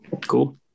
Cool